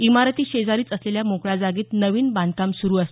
इमारती शेजारीच असलेल्या मोकळ्या जागेत नवीन बांधकाम सुरू आहे